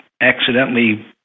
accidentally